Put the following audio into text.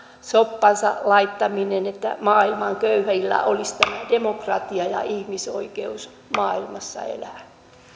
soppamme laittaminen että maailman köyhillä olisi demokratia ja ihmisoikeus maailmassa elää